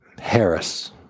Harris